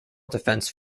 defense